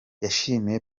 yashimiye